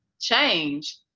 change